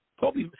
Kobe